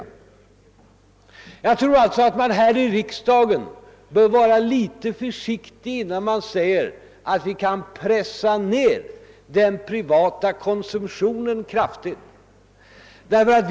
ad Jag tror alltså att man här i riksdagen bör vara litet försiktig innan man säger att vi kan pressa ned den privata konsumtionen kraftigt.